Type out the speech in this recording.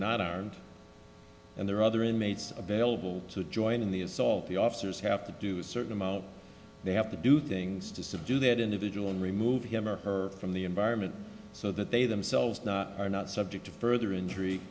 not armed and there are other inmates available to join in the assault the officers have to do a certain amount they have to do things to subdue that individual and remove him or her from the environment so that they themselves not are not subject to further injury